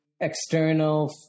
External